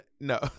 No